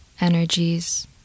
energies